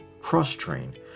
cross-train